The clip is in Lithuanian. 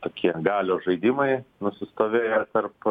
tokie galios žaidimai nusistovėję tarp